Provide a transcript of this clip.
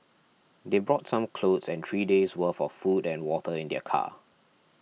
they brought some clothes and three days' worth of food and water in their car